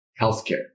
healthcare